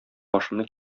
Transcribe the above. башымны